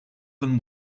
than